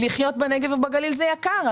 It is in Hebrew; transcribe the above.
שלחיות בנגב ובגליל זה יקר,